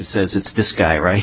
says it's this guy right